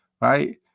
right